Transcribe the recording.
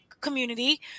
community